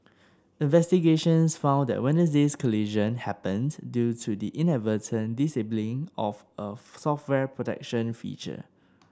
investigations found that Wednesday's collision happened due to the inadvertent disabling of a software protection feature